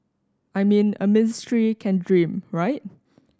I mean a ministry can dream right